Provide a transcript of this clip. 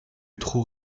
trop